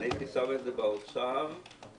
אני הייתי שם את זה באוצר, בהגדרה.